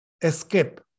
escape